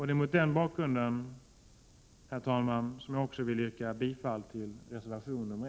Det är mot den bakgrunden, herr talman, som jag också vill yrka bifall till reservation nr 1.